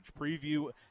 preview